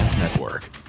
Network